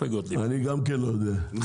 אני גם כן לא יודע.